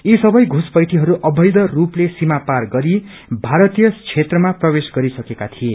यी सबै षुसपैईीहरू अवैध रूपले सिमा पार गरि भारतीय क्षेत्रामा प्रवेश गरिसकेका थिए